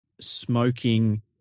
smoking